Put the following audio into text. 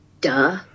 Duh